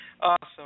Awesome